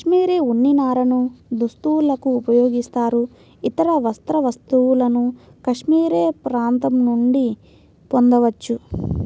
cashmere ఉన్ని నారను దుస్తులకు ఉపయోగిస్తారు, ఇతర వస్త్ర వస్తువులను కాష్మెరె ప్రాంతం నుండి పొందవచ్చు